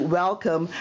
welcome